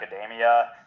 academia